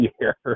year